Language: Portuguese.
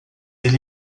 ele